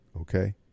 Okay